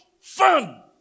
fun